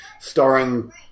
starring